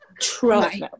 try